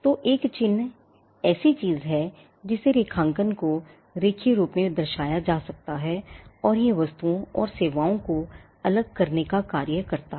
तो एक चिह्न एक ऐसी चीज है जिसे रेखांकन को रेखीय रूप से दर्शाया जा सकता है और यह वस्तुओं और सेवाओं को अलग करने का कार्य करता है